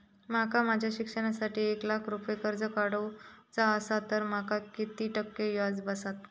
माका माझ्या शिक्षणासाठी एक लाख रुपये कर्ज काढू चा असा तर माका किती टक्के व्याज बसात?